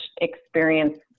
experience